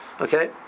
okay